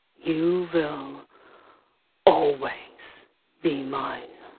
you will always be mine.